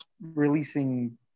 releasing